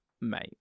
Mate